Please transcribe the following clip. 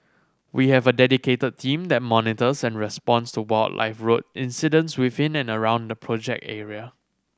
we have a dedicated team that monitors and responds to wildlife road incidents within and around the project area